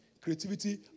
creativity